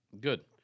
good